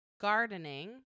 Gardening